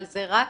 אבל זה רק